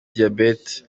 diabète